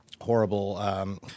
horrible –